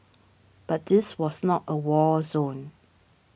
but this was not a war zone